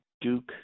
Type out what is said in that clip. Duke